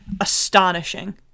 astonishing